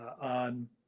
on